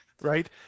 Right